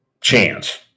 chance